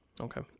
Okay